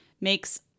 makes